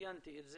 ציינתי את זה,